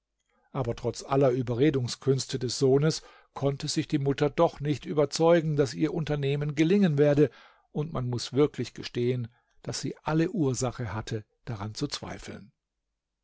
aber trotz aller überredungskünste des sohnes konnte sich die mutter doch nicht überzeugen daß ihr unternehmen gelingen werde und man muß wirklich gestehen daß sie alle ursache hatte daran zu zweifeln